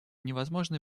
невозможно